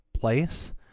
place